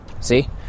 See